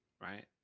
right